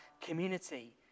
community